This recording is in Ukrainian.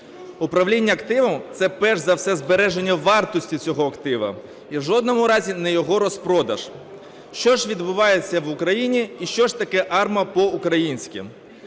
Управління активом – це перш за все збереження вартості цього активу і в жодному разі не його розпродаж. Що ж відбувається в Україні і що ж таке АРМА по-українськи?